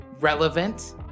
relevant